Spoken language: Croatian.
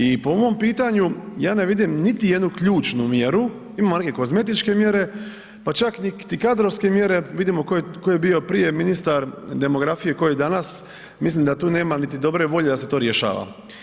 I po mom pitanju ja ne vidim niti jednu ključnu mjeru, imamo neke kozmetičke mjere, pa čak niti kadrovske mjere, vidimo tko je bio prije ministar demografije, tko je danas, mislim da tu nema niti dobre volje da se to rješava.